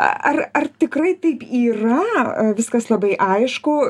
ar ar tikrai taip yra viskas labai aišku